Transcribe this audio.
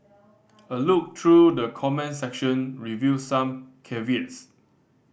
a look through the comments section revealed some caveats